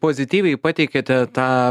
pozityviai pateikėte tą